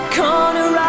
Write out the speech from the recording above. corner